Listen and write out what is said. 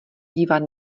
dívat